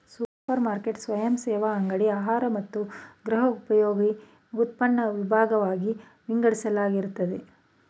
super market ಸ್ವಯಂಸೇವಾ ಅಂಗಡಿ ಆಹಾರ ಮತ್ತು ಗೃಹೋಪಯೋಗಿ ಉತ್ಪನ್ನನ ವಿಭಾಗ್ವಾಗಿ ವಿಂಗಡಿಸಲಾಗಿರ್ತದೆ